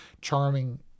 charming